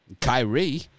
Kyrie